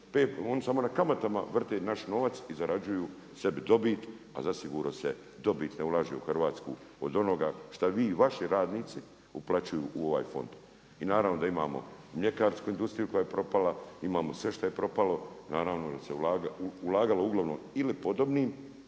oni samo na kamatama vrte naš novac i zarađuju sebi dobit a zasigurno se dobit ne ulaže u Hrvatsku od onoga šta vi i vaši radnici uplaćuju u ovaj fond. I naravno da imamo mljekarsku industriju koja je propala, imamo sve što je propalo i naravno da se ulagalo uglavnom ili podobnim